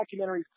documentaries